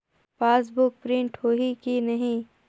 Passbook print होही कि नहीं?